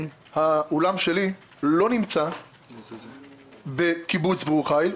האולם שלי לא נמצא בקיבוץ ברור חיל,